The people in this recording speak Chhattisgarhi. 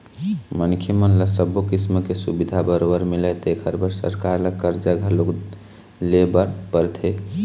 मनखे मन ल सब्बो किसम के सुबिधा बरोबर मिलय तेखर बर सरकार ल करजा घलोक लेय बर परथे